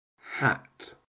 hat